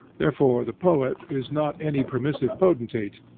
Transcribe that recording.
therefore the poet is not any permissive potentate,